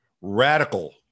radical